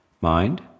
mind